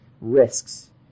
risks